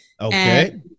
okay